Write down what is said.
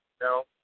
No